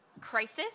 crisis